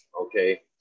okay